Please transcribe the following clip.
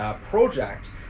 project